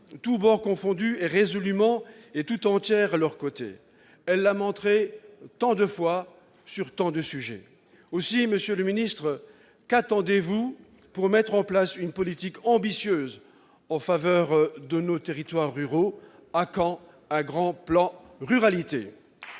tendances confondues, est résolument et tout entière à leurs côtés. Elle l'a montré tant de fois sur tant de sujets. Aussi, monsieur le ministre, qu'attendez-vous pour mettre en place une politique ambitieuse en faveur des territoires ruraux ? À quand un grand plan Ruralité ?